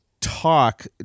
talk